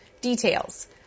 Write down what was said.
Details